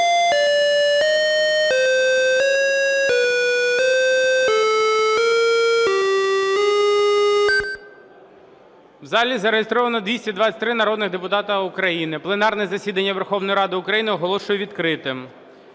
В залі зареєстровано 223 народних депутати України. Пленарне засідання Верховної Ради України оголошую відкритим.